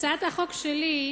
הצעת החוק שלי,